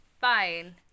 fine